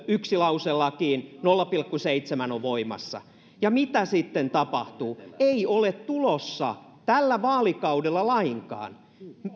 yksi lause lakiin nolla pilkku seitsemän on voimassa ja mitä sitten tapahtuu ei ole tulossa tällä vaalikaudella lainkaan